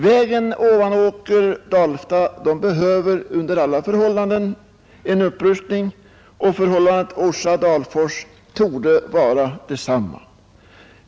Vägen Ovanåker—Alfta behöver under alla förhållanden upprustas, och beträffande vägen Orsa—Dalfors torde förhållandet vara detsamma.